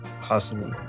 possible